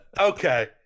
Okay